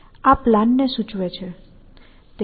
આ પ્લાનને સૂચવે છે